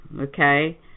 okay